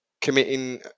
committing